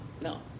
No